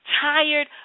tired